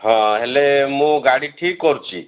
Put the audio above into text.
ହଁ ହେଲେ ମୁଁ ଗାଡ଼ି ଠିକ କରୁଛି